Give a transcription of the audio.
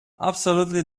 absolutely